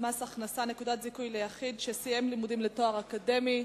מס הכנסה (נקודת זיכוי ליחיד שסיים לימודים לתואר אקדמי),